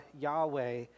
Yahweh